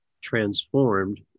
transformed